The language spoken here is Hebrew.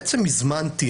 בעצם הזמנתי,